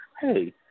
Hey